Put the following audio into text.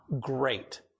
great